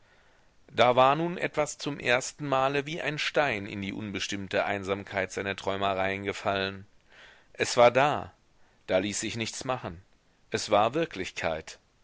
da war nun etwas zum ersten male wie ein stein in die unbestimmte einsamkeit seiner träumereien gefallen es war da da ließ sich nichts machen es war wirklichkeit